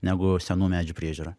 negu senų medžių priežiūra